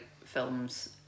films